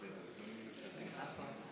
עכשיו נודע לי שאת הרב ברוכי אני מכיר הרבה שנים,